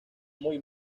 muy